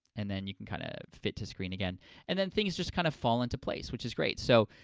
and then, you can kind of fit to screen again and then things just kind of fall into place which is great. so,